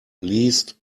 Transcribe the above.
least